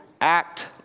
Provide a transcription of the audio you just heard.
act